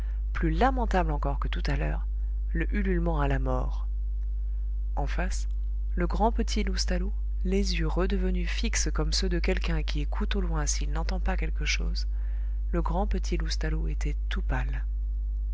plus lamentable encore que tout à l'heure le ululement à la mort en face le grand petit loustalot les yeux redevenus fixes comme ceux de quelqu'un qui écoute au loin s'il n'entend pas quelque chose le grand petit loustalot était tout pâle